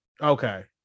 Okay